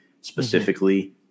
specifically